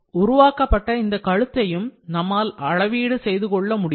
உருவாக்கப்பட்ட இந்த கழுத்தையும் நம்மால் அளவீடு செய்துகொள்ள முடியும்